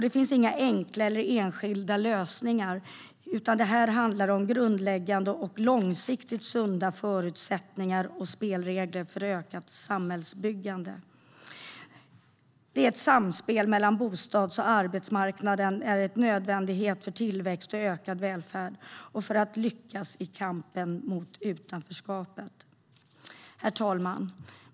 Det finns inga enkla eller enskilda lösningar, utan här handlar det om grundläggande och långsiktigt sunda förutsättningar och spelregler för ett ökat samhällsbyggande, där ett samspel mellan bostads och arbetsmarknaden är en nödvändighet för tillväxt och ökad välfärd och för att lyckas i kampen mot utanförskapet. Herr talman!